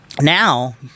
Now